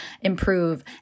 improve